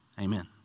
amen